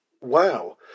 wow